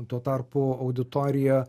tuo tarpu auditorija